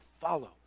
follow